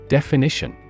Definition